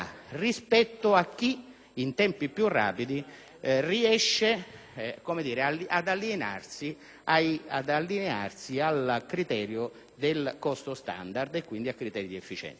in tempi più rapidi, riesce ad allinearsi al criterio del costo standard e quindi a criteri di efficienza. Se così